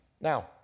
Now